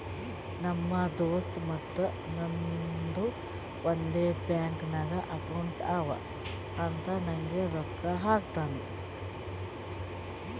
ನಮ್ ದೋಸ್ತ್ ಮತ್ತ ನಂದು ಒಂದೇ ಬ್ಯಾಂಕ್ ನಾಗ್ ಅಕೌಂಟ್ ಅವಾ ಅಂತ್ ನಂಗೆ ರೊಕ್ಕಾ ಹಾಕ್ತಿನೂ